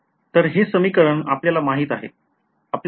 तर हे समीकरण आपल्याला माहित आहे